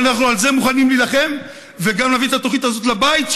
אבל אנחנו מוכנים להילחם על זה וגם להביא את התוכנית הזאת אל הבית,